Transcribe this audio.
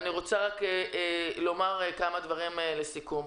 לסיכום,